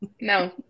No